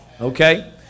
Okay